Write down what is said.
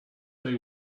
they